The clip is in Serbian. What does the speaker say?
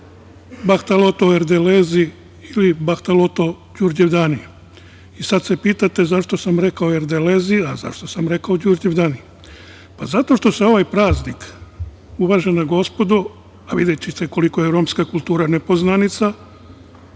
bahtalo erdelezi ili bahtalo Đurđevdani. I sad se pitate zašto sam rekao "erdelezi" a zašto sam rekao "đurđevdani"? Pa, zato što se ovaj praznik, uvažena gospodo, a videćete koliko je romska kultura nepoznanica,